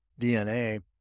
DNA